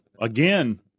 Again